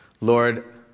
Lord